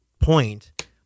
point